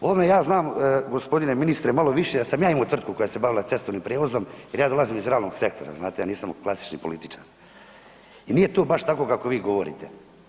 O ovome ja znam gospodine ministre malo više jer sam ja imao tvrtku koja se bavila cestovnim prijevozom jer ja dolazim iz realnog sektora, znate ja nisam klasični političar i nije to baš tako kako vi govorite.